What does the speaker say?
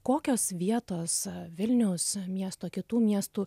kokios vietos vilniaus miesto kitų miestų